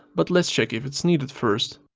but let's check if it's needed first.